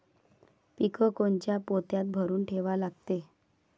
पीक कोनच्या पोत्यात भरून ठेवा लागते?